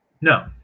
No